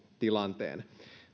tilanteen